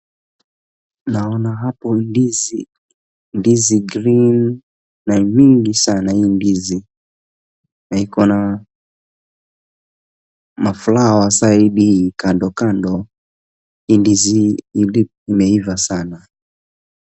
Naona hapo ndizi. Ndizi green na nyingi sana hii ndizi. Na iko na maflowers side kando kando. Hii ndizi hii imeiva sana.